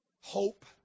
hope